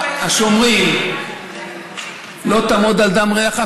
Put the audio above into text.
השומרים, לא תעמוד על דם רעך.